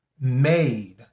made